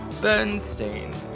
Bernstein